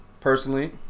personally